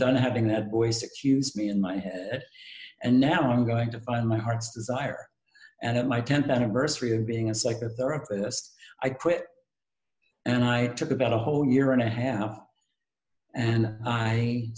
done having that voice accuse me in my head and now i'm going to my heart's desire and my tenth anniversary of being a psychotherapist i quit and i took about a whole year and a half and i